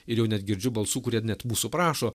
ir jau net girdžiu balsų kurie net mūsų prašo